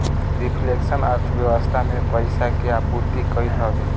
reflection अर्थव्यवस्था में पईसा के आपूर्ति कईल हवे